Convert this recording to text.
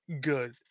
good